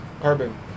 Carbon